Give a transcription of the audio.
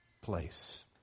place